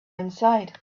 inside